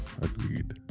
agreed